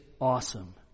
awesome